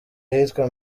ahitwa